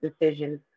decisions